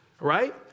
right